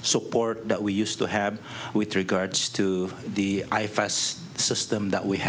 support that we used to have with regards to the i fess system that we